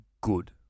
good